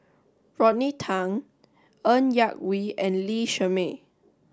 Rodney Tan Ng Yak Whee and Lee Shermay